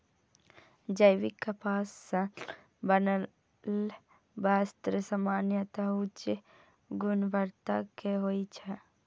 जैविक कपास सं बनल वस्त्र सामान्यतः उच्च गुणवत्ता के होइ छै